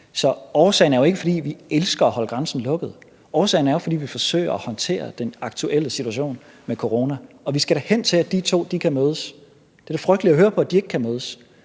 Så årsagen til det er jo ikke, at vi elsker at holde grænsen lukket. Det er jo, fordi vi forsøger at håndtere den aktuelle situation med corona. Og vi skal da hen til, at de to kan mødes. Det er frygteligt at høre på, at de ikke kan mødes.